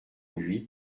huit